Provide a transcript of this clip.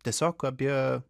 tiesiog apie